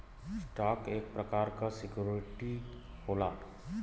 stock एक प्रकार क सिक्योरिटी होला